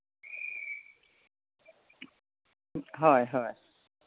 হয় হয়